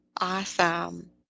Awesome